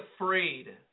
afraid